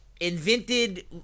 Invented